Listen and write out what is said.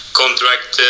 contract